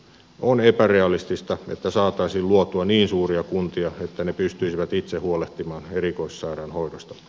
on epärealistista että saataisiin luotua niin suuria kuntia että ne pystyisivät itse huolehtimaan erikoissairaanhoidosta